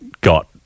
got